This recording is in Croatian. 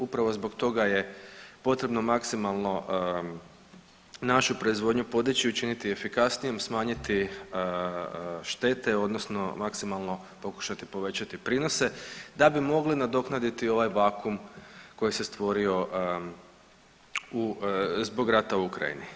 Upravo zbog toga je potrebno maksimalno našu proizvodnju podići, učiniti je efikasnijom, smanjiti štete odnosno maksimalno pokušati povećati prinose da bi mogli nadoknaditi ovaj vakuum koji se stvorio zbog rata u Ukrajini.